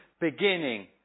beginning